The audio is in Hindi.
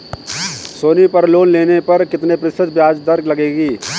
सोनी पर लोन लेने पर कितने प्रतिशत ब्याज दर लगेगी?